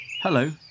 Hello